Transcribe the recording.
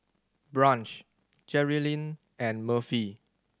Branch Jerilyn and Murphy